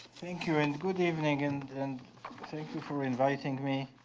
thank you and good evening and and thank you for inviting me